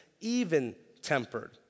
even-tempered